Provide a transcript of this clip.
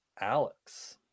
Alex